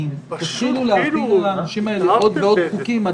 תפילו על האנשים האלה עוד ועוד חוקים,